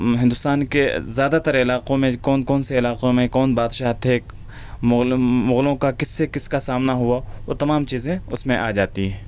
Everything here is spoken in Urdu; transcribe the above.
ہندوستان کے زیادہ تر علاقوں میں کون کون سے علاقوں میں کون بادشاہ تھے مغلوں کا کس سے کس کا سامنا ہُوا وہ تمام چیزیں اُس میں آ جاتی ہیں